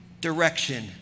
direction